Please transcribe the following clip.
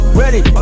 ready